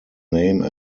name